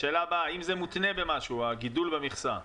האם הגידול במכסה מותנה במשהו?